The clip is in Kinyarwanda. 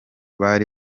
ari